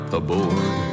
aboard